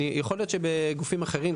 יכול להיות שבגופים אחרים,